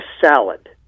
salad